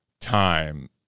time